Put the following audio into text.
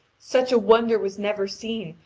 such a wonder was never seen,